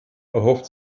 erhofft